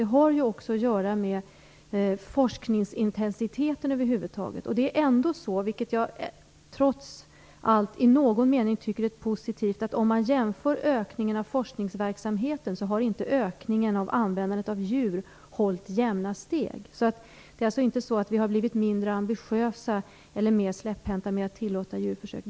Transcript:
Detta har också att göra med forskningsintensiteten över huvud taget. Det är ändå så att ökningen av användningen av djur inte har hållit jämna steg med ökningen av forskningsverksamheten, något som trots allt i någon mening är positivt. Vi har alltså inte blivit mindre ambitiösa eller mer släpphänta med att tillåta djurförsök.